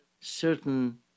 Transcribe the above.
certain